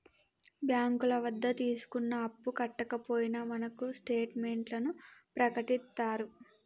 బ్యాంకుల వద్ద తీసుకున్న అప్పు కట్టకపోయినా మనకు స్టేట్ మెంట్లను ప్రకటిత్తారు